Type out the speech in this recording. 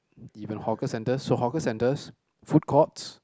even hawker centres so hawker centres food courts